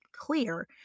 clear